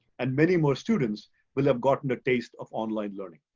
and many more students will have gotten a taste of online learning.